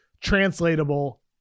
translatable